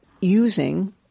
using